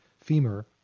femur